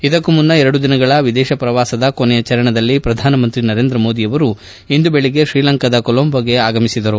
ಇದಕ್ಕೂ ಮುನ್ನ ಎರಡು ದಿನಗಳ ವಿದೇಶ ಪ್ರವಾಸದ ಕೊನೆಯ ಚರಣದಲ್ಲಿ ಪ್ರಧಾನಮಂತ್ರಿ ನರೇಂದ್ರ ಮೋದಿ ಇಂದು ಬೇಗ್ಗೆ ಶ್ರೀಲಂಕಾದ ಕೋಲಂಬೋಗೆ ಆಗಮಿಸಿದರು